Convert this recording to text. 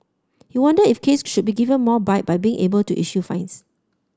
he wondered if Case should be given more bite by being able to issue fines